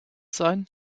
sein